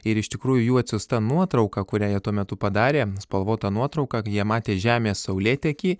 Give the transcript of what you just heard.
ir iš tikrųjų jų atsiųsta nuotrauka kurią jie tuo metu padarė spalvota nuotrauka jie matė žemės saulėtekį